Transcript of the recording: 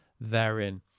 therein